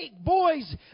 boys